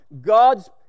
god's